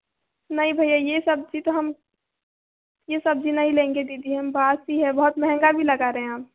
नहीं भैया ये सब्ज़ी तो हम ये सब्ज़ी नहीं लेंगे दीदी हम बासी है बहुत महंगा भी लगा रहें आप